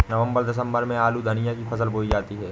नवम्बर दिसम्बर में आलू धनिया की फसल बोई जाती है?